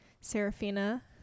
Serafina